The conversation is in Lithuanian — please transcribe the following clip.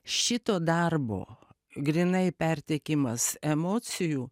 šito darbo grynai perteikimas emocijų